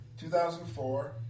2004